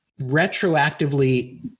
retroactively –